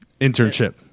Internship